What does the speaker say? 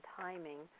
timing